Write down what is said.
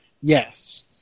yes